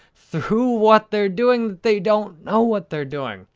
through what they're doing, they don't know what they're doing.